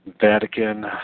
Vatican